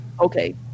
Okay